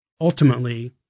ultimately